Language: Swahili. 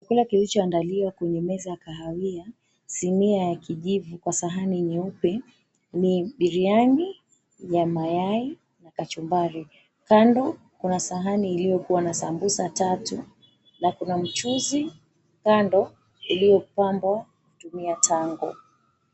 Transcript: Chakula kilichoandaliwa kwenye meza ya kahawia, sinia ya kijivu kwa sahani nyeupe ni biryani ya mayai na kachumbari. Kando kuna sahani iliokuwa na sambusa tatu na kuna mchuzi kando iliyopambwa kwa kutumia tango.